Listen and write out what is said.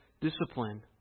discipline